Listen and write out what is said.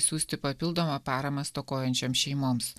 siųsti papildomą paramą stokojančioms šeimoms